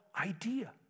idea